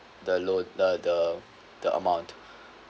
the loan the the the amount